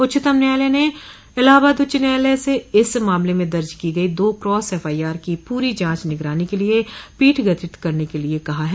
उच्चतम न्यायालय ने इलाहाबाद उच्च न्यायालय से इस मामले में दर्ज की गई दो क्रास एफआईआर की पूरी जांच निगरानी के लिये पीठ गठित करने के लिये कहा है